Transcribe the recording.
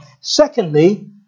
Secondly